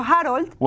Harold